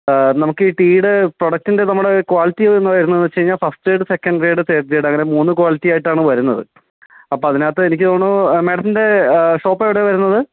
നമുക്ക് ഈ ടീയുടെ പ്രൊഡക്ടിൻ്റെ നമ്മുടെ ക്വാളിറ്റി വര് വരുന്നതെന്ന് വെച്ചുകഴിഞ്ഞാൽ first grade second grade third grade അങ്ങനെ മൂന്ന് ക്വാളിറ്റി ആയിട്ടാണ് വരുന്നത് അപ്പോൾ അതിനകത്ത് എനിക്ക് തോന്നുന്നു മേഡത്തിൻ്റെ ഷോപ്പ് എവിടെയാണ് വരുന്നത്